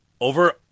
over